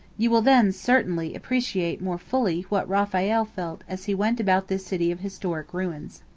you will then certainly appreciate more fully what raphael felt as he went about this city of historic ruins.